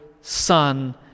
Son